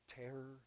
terror